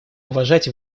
уважать